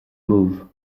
move